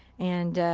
and